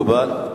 מקובל.